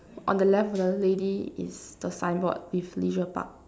on the left of the lady is the signboard with Leisure Park